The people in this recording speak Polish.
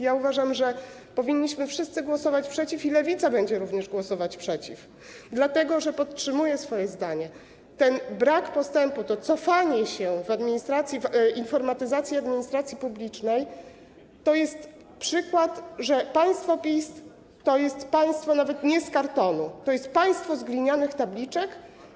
Ja uważam, że powinniśmy wszyscy głosować przeciw, i Lewica będzie również głosować przeciw, dlatego że - podtrzymuję swoje zdanie - ten brak postępu, to cofanie się w informatyzacji administracji publicznej to jest przykład, że państwo PiS to jest państwo nawet nie z kartonu, to jest państwo z glinianych tabliczek.